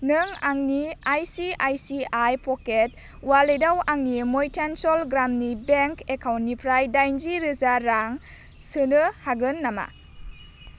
नों आंनि ICICI pockets अवालेटाव आंनि मध्यानचल ग्रामिन बेंक एकाउन्टनिफ्राय दाइनजिरोजा रां सोनो हागोन नामा